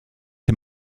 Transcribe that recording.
dem